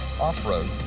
Off-road